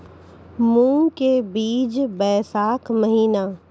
मूंग के बीज बैशाख महीना